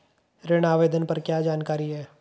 ऋण आवेदन पर क्या जानकारी है?